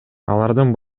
алардын